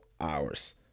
hours